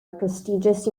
prestigious